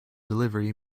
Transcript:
delivery